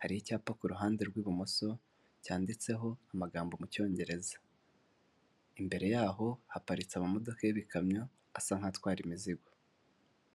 hari icyapa kuruhande rw'ibumoso cyanditseho amagambo mu Cyongereza imbere yaho haparitse amamodoka y'ibikamyo asa nk'aho atwara imizigo.